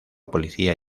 policía